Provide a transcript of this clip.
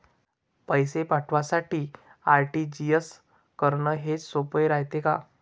पैसे पाठवासाठी आर.टी.जी.एस करन हेच सोप रायते का?